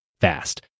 fast